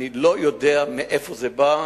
אני לא יודע מאיפה זה בא,